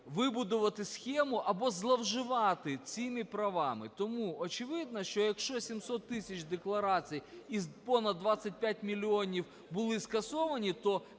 вибудувати схему або зловживати цими правами. Тому очевидно, що якщо 700 тисяч декларацій із понад двадцять п'ять мільйонів були скасовані, то